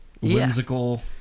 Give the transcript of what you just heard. whimsical